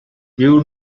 you